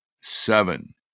seven